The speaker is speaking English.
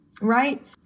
right